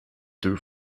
deux